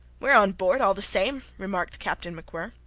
we are on board, all the same, remarked captain macwhirr.